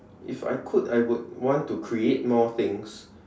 if I could I would want to create more things